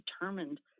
determined